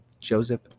Joseph